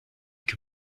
que